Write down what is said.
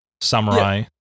samurai